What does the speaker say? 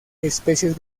especies